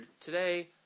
Today